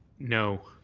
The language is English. no.